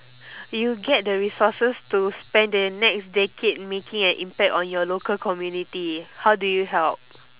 you get the resources to spend the next decade making an impact on your local community how do you help